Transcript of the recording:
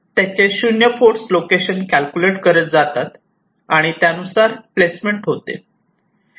त्याचे 0 force location calculate करत जातात आणि त्यानुसार प्लेसमेंट होते